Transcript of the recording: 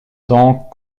donc